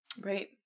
Right